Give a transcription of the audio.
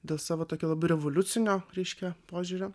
dėl savo tokio revoliucinio reiškia požiūrio